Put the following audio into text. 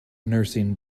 nursing